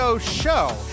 Show